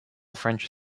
french